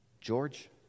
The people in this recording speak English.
George